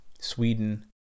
Sweden